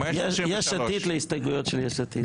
יש עתיד להסתייגויות של יש עתיד.